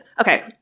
okay